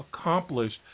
accomplished